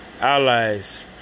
Allies